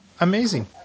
amazing